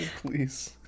please